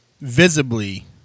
visibly